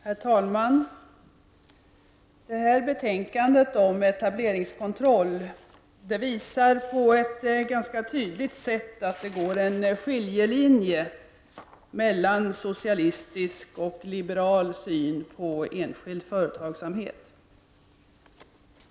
Herr talman! Det här betänkandet om etableringskontroll visar på ett ganska tydligt sätt att det går en skiljelinje mellan socialistisk och liberal syn på enskild företagssamhet.